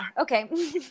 Okay